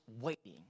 waiting